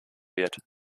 wird